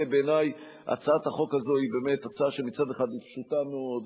בעיני הצעת החוק הזאת היא באמת הצעה שמצד אחד היא פשוטה מאוד,